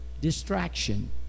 distraction